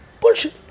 Bullshit